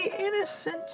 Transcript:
innocent